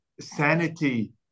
sanity